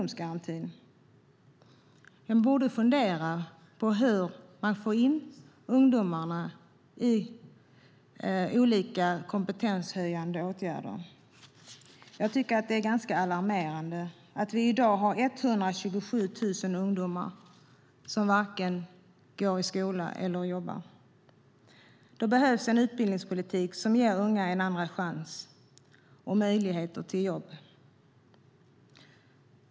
Man borde fundera över hur man ska få in ungdomarna i olika kompetenshöjande åtgärder. Det är ganska alarmerande att vi i dag har 127 000 ungdomar som varken går i skola eller jobbar. Det behövs en utbildningspolitik som ger de unga en andra chans och möjligheter till jobb.